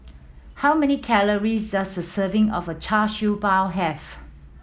how many calories does a serving of Char Siew Bao have